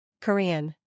Korean